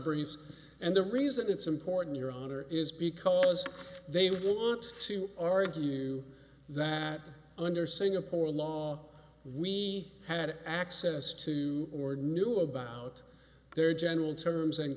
briefs and the reason it's important your honor is because they would want to argue that under singapore law we had access to or knew about their general terms and